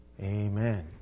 Amen